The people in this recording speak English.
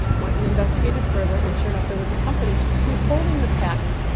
went and investigated further, and sure enough there was a company who was holding the patent,